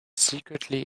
secretly